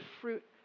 fruit